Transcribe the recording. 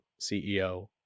CEO